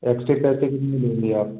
extra पैसे कितने लेंगी आप